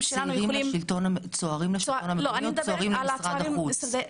שלנו יכולים--- צוערים לשירות המדינה או צוערים למשרד החוץ?